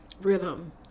rhythm